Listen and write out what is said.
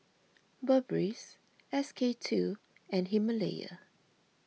Burberries S K two and Himalaya